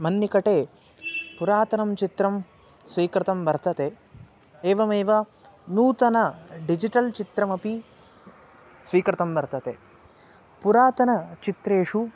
मन्निकटे पुरातनं चित्रं स्वीकृतं वर्तते एवमेव नूतन डिजिटल् चित्रमपि स्वीकृतं वर्तते पुरातनचित्रेषु